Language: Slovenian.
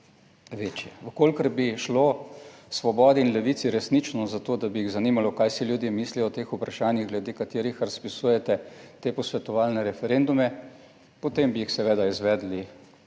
v kolikor bi šlo svobodi in levici resnično za to, da bi jih zanimalo kaj si ljudje mislijo o teh vprašanjih glede katerih razpisujete te posvetovalne referendume, potem bi jih seveda izvedli